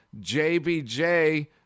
JBJ